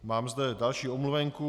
Mám zde další omluvenku.